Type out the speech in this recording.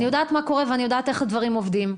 אני יודעת מה קורה, ואני יודעת איך הדברים עובדים.